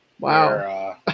Wow